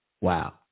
Wow